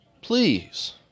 Please